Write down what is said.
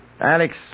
Alex